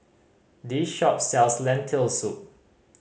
this shop sells Lentil Soup